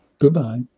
Goodbye